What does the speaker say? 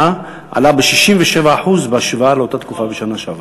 עלה ב-67% בהשוואה לאותה תקופה בשנה שעברה.